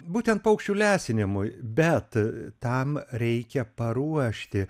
būtent paukščių lesinimui bet tam reikia paruošti